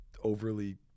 overly